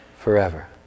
Forever